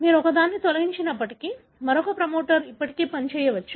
మీరు ఒకదాన్ని తొలగించినప్పటికీ మరొక ప్రమోటర్ ఇప్పటికీ పనిచేయవచ్చు